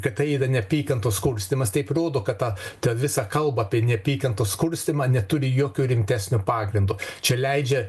kad tai yra neapykantos kurstymas taip rodo kad tą ta visa kalba apie neapykantos kurstymą neturi jokio rimtesnio pagrindo čia leidžia